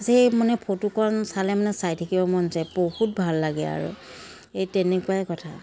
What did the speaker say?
সেই মানে ফটোখন চালে মানে চাই থাকিবৰ মন যায় বহুত ভাল লাগে আৰু এই তেনেকুৱাই কথা